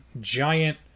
giant